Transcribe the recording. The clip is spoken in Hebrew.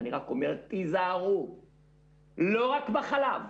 אני רק אומר: תיזהרו לא רק בחלב.